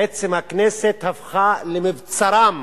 בעצם, הכנסת הפכה למבצרם